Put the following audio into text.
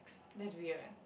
that's weird